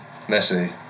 Messi